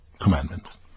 commandments